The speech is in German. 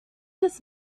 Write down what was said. des